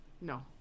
No